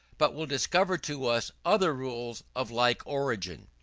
but will discover to us other rules of like origin.